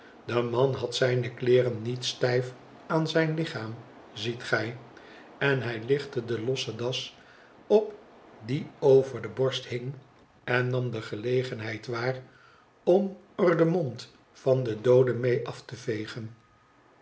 de man had zijne kleeren niet stijf aan zijn lichaam ziet gij en hij lichtte de losse das op die over de borst hing en nam de gelegenheid waar om er den mond van den doode mede af te vegen